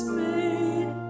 made